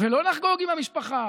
ולא נחגוג עם המשפחה